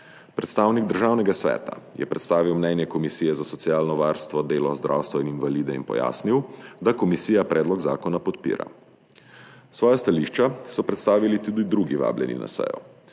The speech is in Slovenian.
Predstavnik Državnega sveta je predstavil mnenje Komisije za socialno varstvo, delo, zdravstvo in invalide in pojasnil, da komisija predlog zakona podpira. Svoja stališča so predstavili tudi drugi vabljeni na sejo.